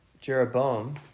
Jeroboam